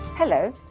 Hello